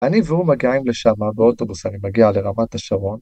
אני והוא מגיעים לשם, באוטובוס אני מגיע לרמת השרון.